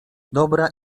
dobra